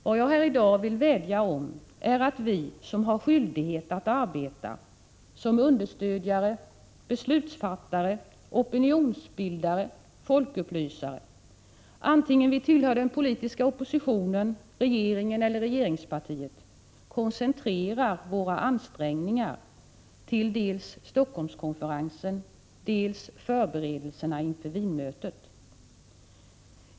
Vad jag här i dag vill vädja om är att vi som har skyldighet att arbeta som understödjare, beslutsfattare, opinionsbildare och folkupplysare antingen vi tillhör den politiska oppositionen, regeringen eller regeringspartiet koncentrerar våra ansträngningar till dels Helsingforsskonferensen, dels förberedelserna inför Wienmötet.